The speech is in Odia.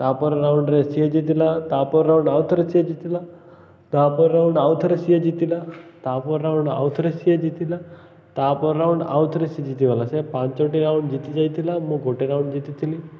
ତାପର ରାଉଣ୍ଡରେ ସିଏ ଜିତିଲା ତାପର ରାଉଣ୍ଡ ଆଉ ଥରେ ସିଏ ଜିତିଲା ତାପ ରାଉଣ୍ଡ ଆଉ ଥରେ ସିଏ ଜିତିଲା ତାପ ରାଉଣ୍ଡ ଆଉଥରେ ସିଏ ଜିତିଲା ତାପ ରାଉଣ୍ଡ ଆଉ ଥରେ ସିଏ ଜିତିଗଲା ସେ ପାଞ୍ଚଟି ରାଉଣ୍ଡ ଜିତି ଯାଇଥିଲା ମୁଁ ଗୋଟେ ରାଉଣ୍ଡ ଜିତିଥିଲି